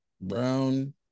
Brown